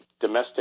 domestic